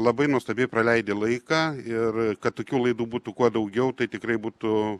labai nuostabiai praleidi laiką ir kad tokių laidų būtų kuo daugiau tai tikrai būtų